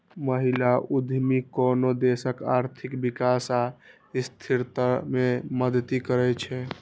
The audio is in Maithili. महिला उद्यमी कोनो देशक आर्थिक विकास आ स्थिरता मे मदति करै छै